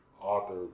author